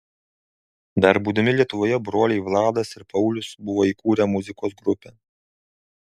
dar būdami lietuvoje broliai vladas ir paulius buvo įkūrę muzikos grupę